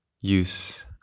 use